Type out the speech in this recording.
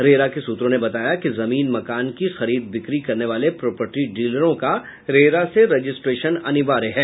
RERA के सूत्रों ने बताया कि जमीन मकान की खरीद बिक्री करने वाले प्रोपर्टी डीलरों का रेरा से रजिस्ट्रेशन अनिवार्य है